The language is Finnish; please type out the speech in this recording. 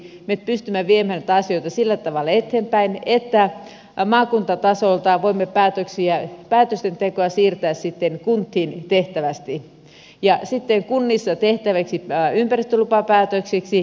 toivottavasti me pystymme viemään näitä asioita sillä tavalla eteenpäin että maakuntatasolta voimme päätösten tekoa siirtää kuntiin tehtäväksi sitten kunnissa tehtäviksi ympäristölupapäätöksiksi